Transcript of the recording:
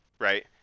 right